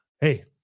Hey